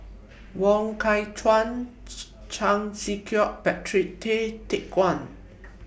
Wong Kah Chun Chan Sek Keong Patrick Tay Teck Guan